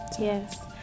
Yes